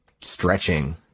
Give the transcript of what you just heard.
stretching